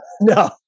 No